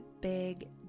big